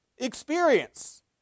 Experience